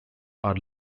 are